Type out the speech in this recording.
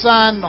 Son